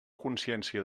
consciència